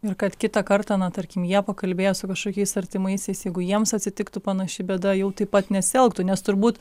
ir kad kitą kartą na tarkim jie pakalbėję su kažkokiais artimaisiais jeigu jiems atsitiktų panaši bėda jau taip pat nesielgtų nes turbūt